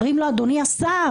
מראים לו: אדוני השר,